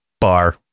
bar